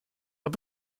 are